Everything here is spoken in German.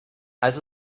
als